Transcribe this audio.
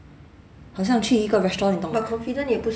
好像去一个 restaurant 你懂吗